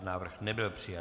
Návrh nebyl přijat.